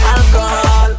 Alcohol